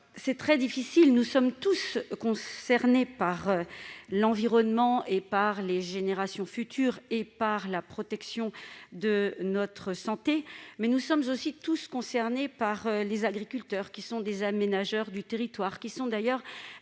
question très difficile, car si nous sommes tous concernés par l'environnement, par les générations futures et par la protection de notre santé, nous sommes aussi tous concernés par les agriculteurs, qui sont des aménageurs et d'ailleurs